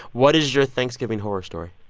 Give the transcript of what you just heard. what is your thanksgiving horror story?